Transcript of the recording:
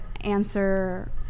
answer